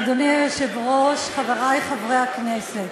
אדוני היושב-ראש, חברי חברי הכנסת,